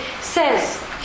says